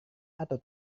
atau